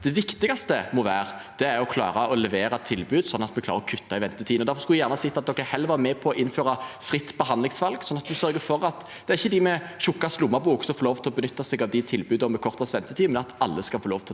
Det viktigste må være å klare å levere tilbud, sånn at vi klarer å kutte ventetiden. Da skulle jeg gjerne sett at de heller var med på å innføre fritt behandlingsvalg, sånn at vi sørger for at det ikke er bare dem med tykkest lommebok som får lov til å benytte seg av tilbudene med kortest ventetid,